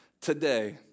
today